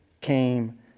came